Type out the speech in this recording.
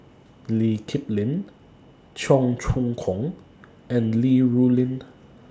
Lee Kip Lin Cheong Choong Kong and Li Rulin